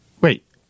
Wait